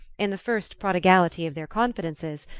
in the first prodigality of their confidences,